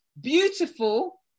beautiful